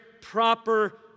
proper